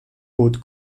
bot